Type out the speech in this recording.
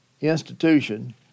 institution